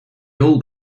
old